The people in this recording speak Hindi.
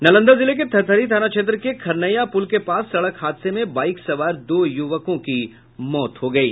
नालंदा जिले के थरथरी थाना क्षेत्र के खरनैया पुल के पास सड़क हादसे में बाईक सवार दो युवकों की मौत हो गयी